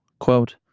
Quote